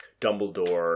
Dumbledore